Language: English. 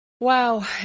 Wow